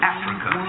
Africa